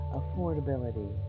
affordability